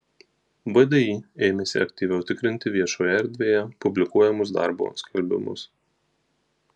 vdi ėmėsi aktyviau tikrinti viešojoje erdvėje publikuojamus darbo skelbimus